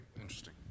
interesting